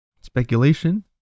Speculation